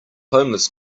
homeless